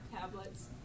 tablets